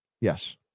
Yes